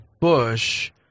Bush